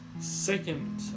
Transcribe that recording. Second